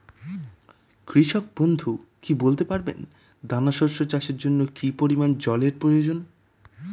কৃষক বন্ধু কি বলতে পারবেন দানা শস্য চাষের জন্য কি পরিমান জলের প্রয়োজন?